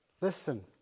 Listen